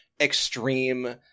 extreme